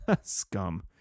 Scum